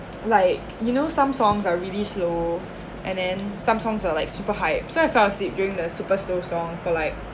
like you know some songs are really slow and then some songs are like super high so I fell asleep during the super slow song for like